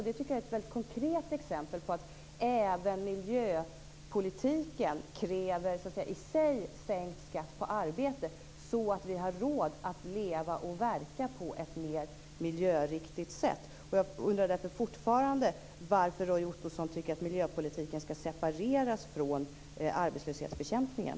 Det tycker jag är ett mycket konkret exempel på att även miljöpolitiken i sig kräver sänkt skatt på arbete, så att vi har råd att leva och verka på ett mer miljöriktigt sätt. Jag undrar därför fortfarande varför Roy Ottosson tycker att miljöpolitiken skall separeras från arbetslöshetsbekämpningen.